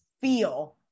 feel